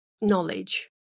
knowledge